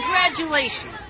Congratulations